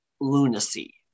lunacy